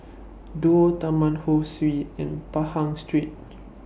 Duo Taman Ho Swee and Pahang Street